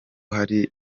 hari